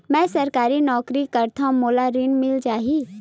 मै सरकारी नौकरी करथव मोला ऋण मिल जाही?